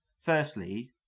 firstly